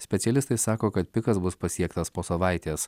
specialistai sako kad pikas bus pasiektas po savaitės